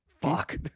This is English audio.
Fuck